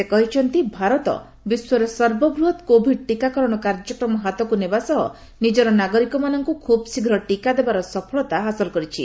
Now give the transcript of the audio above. ସେ କହିଛନ୍ତି ଭାରତ ବିଶ୍ୱର ସର୍ବବୃହତ୍ କୋଭିଡ୍ ଟିକାକରଣ କାର୍ଯ୍ୟକ୍ରମ ହାତକୁ ନେବା ସହ ନିଜର ନାଗରିକମାନଙ୍କୁ ଖୁବ୍ଶୀଘ୍ର ଟିକା ଦେବାର ସଫଳତା ହାସଲ କରିଛି